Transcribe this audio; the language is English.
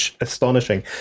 astonishing